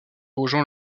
rejoint